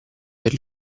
per